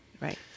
Right